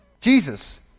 Jesus